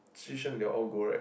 Zhi-Seng they all go right